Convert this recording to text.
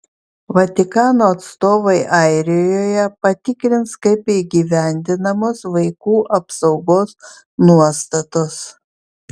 vatikano atstovai airijoje patikrins kaip įgyvendinamos vaikų apsaugos nuostatos